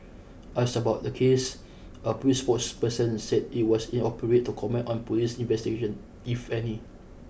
asked about the case a police spokesperson said it was inappropriate to comment on police investigations if any